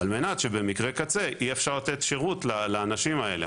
על מנת שבמקרי קצה יהיה אפשר לתת שירות לאנשים האלה.